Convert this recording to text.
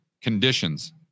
conditions